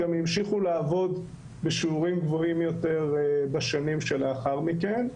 גם המשיכו לעבוד בשיעורים גבוהים יותר בשנים שלאחר מכן.